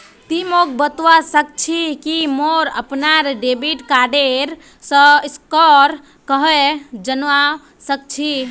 ति मोक बतवा सक छी कि मोर अपनार डेबिट कार्डेर स्कोर कँहे जनवा सक छी